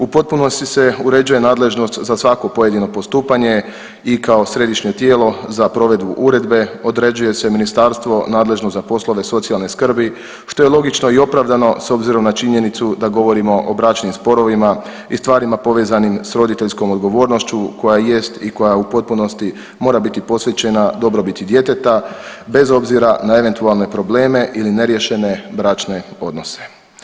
U potpunosti se uređuje nadležnost za svako pojedino postupanje i kao središnje tijelo za provedbu uredbe određuje se ministarstvo nadležno za poslove socijalne skrbi, što je logično i opravdano s obzirom na činjenicu da govorimo o bračnim sporovima i stvarima povezanim s roditeljskom odgovornošću koja jest i koja u potpunosti mora biti posvećena dobrobiti djeteta bez obzira na eventualne probleme ili neriješene bračne odnose.